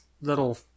little